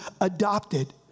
adopted